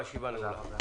הישיבה נעולה.